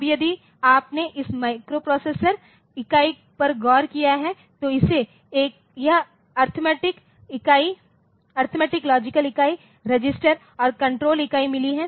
अब यदि आपने इस माइक्रोप्रोसेसर इकाई पर गौर किया है तो इसे यह अरिथमेटिक लॉजिकल इकाई रजिस्टर और कण्ट्रोल इकाई मिली है